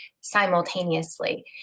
simultaneously